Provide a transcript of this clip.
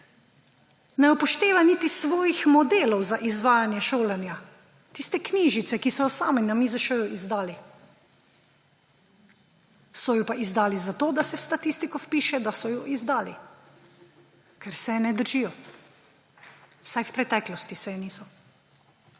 Ne upošteva niti svojih modelov za izvajanje šolanja, tiste knjižice, ki so jo sami na MIZŠ izdali, so jo pa izdali zato, da se v statistiko vpiše, da so jo izdali, ker se je ne držijo, vsaj v preteklosti se je niso.